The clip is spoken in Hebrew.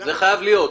זה חייב להיות.